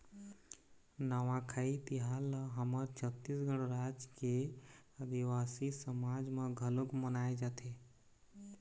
नवाखाई तिहार ल हमर छत्तीसगढ़ राज के आदिवासी समाज म घलोक मनाए जाथे